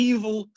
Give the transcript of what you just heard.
Evil